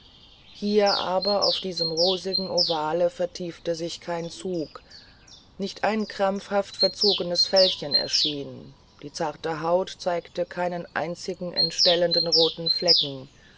hier aber auf diesem rosigen ovale vertiefte sich kein zug nicht ein krampfhaft verzogenes fältchen erschien die zarte haut zeigte keinen einzigen entstellenden roten flecken